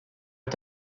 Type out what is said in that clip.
est